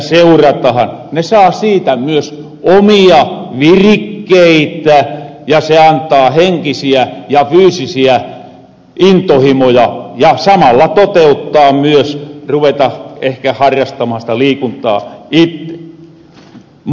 ne saa siitä myös omia virikkeitä ja se antaa henkisiä ja fyysisiä intohimoja ja samalla toteuttaa myös ruveta ehkä harrastamaan sitä liikuntaa itte